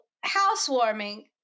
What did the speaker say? housewarming